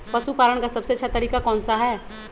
पशु पालन का सबसे अच्छा तरीका कौन सा हैँ?